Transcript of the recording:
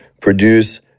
produce